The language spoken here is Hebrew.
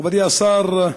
מכובדי השר,